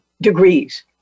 degrees